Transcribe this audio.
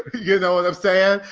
you know what i'm saying?